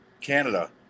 Canada